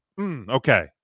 Okay